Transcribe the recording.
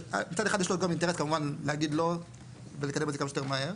מצד אחד יש לו אינטרס כמובן להגיד לא ולקדם את זה כמה שיותר מהר.